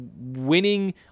winning